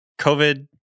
COVID